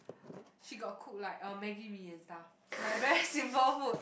she got cook like uh maggi-mee and stuff like very simple food